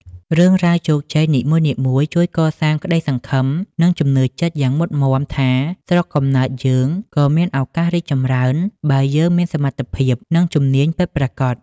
រឿងរ៉ាវជោគជ័យនីមួយៗជួយកសាងក្តីសង្ឃឹម និងជំនឿចិត្តយ៉ាងមុតមាំថា «ស្រុកកំណើតយើងក៏មានឱកាសរីកចម្រើន បើយើងមានសមត្ថភាព និងជំនាញពិតប្រាកដ»។